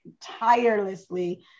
tirelessly